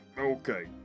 Okay